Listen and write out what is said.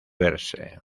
verse